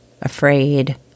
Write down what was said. afraid